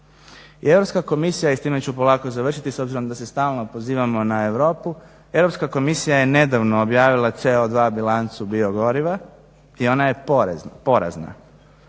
I Europska komisija i s time ću polako završiti s obzirom da se stalno pozivamo na Europu, Europska komisija je nedavno objavila CO2 bilancu biogoriva i ona je porazna.